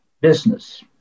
business